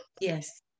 Yes